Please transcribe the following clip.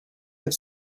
have